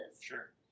Sure